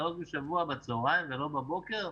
שלוש בשבוע בצהרים ולא בבוקר,